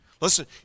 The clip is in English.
Listen